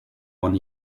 one